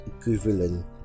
equivalent